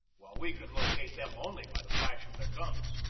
while we could locate them only by the flash of their guns.